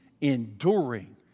enduring